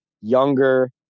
younger